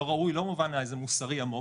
לא שלא ראוי במובן המוסרי העמוק,